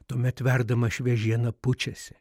tuomet verdama šviežiena pučiasi